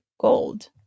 gold